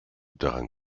dran